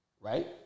right